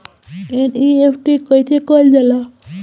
NEFT कइसे कइल जाला?